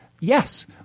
yes